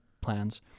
plans